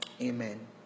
Amen